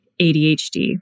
ADHD